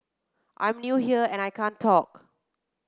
I'm new here and I can't talk